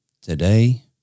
today